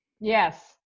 yes